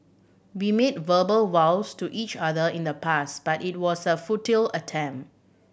we made verbal vows to each other in the past but it was a futile attempt